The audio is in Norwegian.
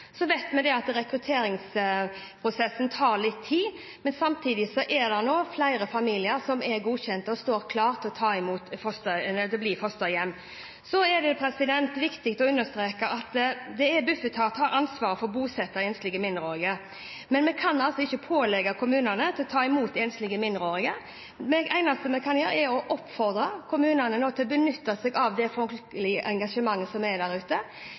Så vet vi at rekrutteringsprosessen tar litt tid, men samtidig er det nå flere familier som er godkjent og står klar til å bli fosterhjem. Så er det viktig å understreke at Bufetat har ansvaret for å bosette enslige mindreårige, men vi kan altså ikke pålegge kommunene å ta imot enslige mindreårige. Det eneste vi kan gjøre, er å oppfordre kommunene til å benytte seg av det folkelige engasjementet som er der ute